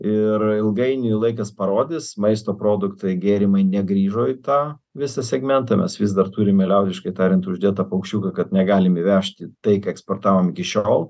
ir ilgainiui laikas parodys maisto produktai gėrimai negrįžo į tą visą segmentą mes vis dar turime liaudiškai tariant uždėtą paukščiuką kad negalim įvežti tai eksportavom iki šiol